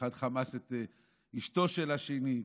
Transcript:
אחד חמס את אשתו של השני,